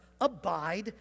abide